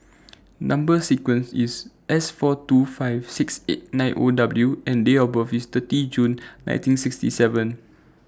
Number sequence IS S four two five six eight nine O W and Date of birth IS thirty June nineteen sixty seven